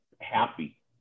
happy